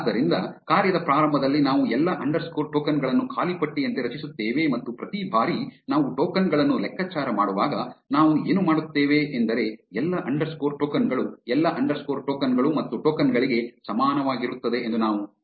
ಆದ್ದರಿಂದ ಕಾರ್ಯದ ಪ್ರಾರಂಭದಲ್ಲಿ ನಾವು ಎಲ್ಲಾ ಅಂಡರ್ಸ್ಕೋರ್ ಟೋಕನ್ ಗಳನ್ನು ಖಾಲಿ ಪಟ್ಟಿಯಂತೆ ರಚಿಸುತ್ತೇವೆ ಮತ್ತು ಪ್ರತಿ ಬಾರಿ ನಾವು ಟೋಕನ್ ಗಳನ್ನು ಲೆಕ್ಕಾಚಾರ ಮಾಡುವಾಗ ನಾವು ಏನು ಮಾಡುತ್ತೇವೆ ಎಂದರೆ ಎಲ್ಲಾ ಅಂಡರ್ಸ್ಕೋರ್ ಟೋಕನ್ ಗಳು ಎಲ್ಲಾ ಅಂಡರ್ಸ್ಕೋರ್ ಟೋಕನ್ ಗಳು ಮತ್ತು ಟೋಕನ್ ಗಳಿಗೆ ಸಮಾನವಾಗಿರುತ್ತದೆ ಎಂದು ನಾವು ಹೇಳುತ್ತೇವೆ